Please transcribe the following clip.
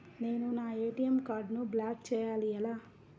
నేను నా ఏ.టీ.ఎం కార్డ్ను బ్లాక్ చేయాలి ఎలా?